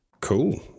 Cool